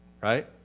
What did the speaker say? Right